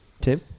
Tim